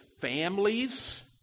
families